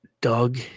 Doug